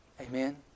Amen